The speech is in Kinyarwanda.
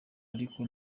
ariko